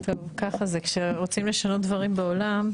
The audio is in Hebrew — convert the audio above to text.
ככה זה כשרוצים לשנות דברים בעולם,